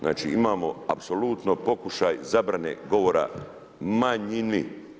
Znači imamo apsolutno pokušaj zabrane govora manjini.